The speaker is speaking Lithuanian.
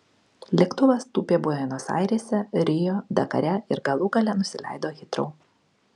lėktuvas tūpė buenos airėse rio dakare ir galą gale nusileido hitrou